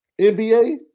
NBA